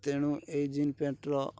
ତେଣୁ ଏଇ ଜିନ୍ ପ୍ୟାଣ୍ଟର